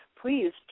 Please